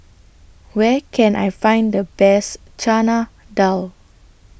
Where Can I Find The Best Chana Dal